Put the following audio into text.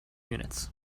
units